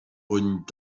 und